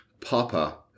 Papa